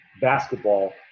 basketball